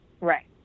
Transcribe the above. right